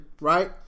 right